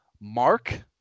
Mark